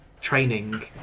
training